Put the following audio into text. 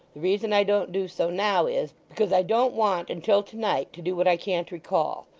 the reason i don't do so now is, because i don't want until to-night, to do what i can't recall.